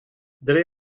dre